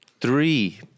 Three